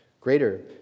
greater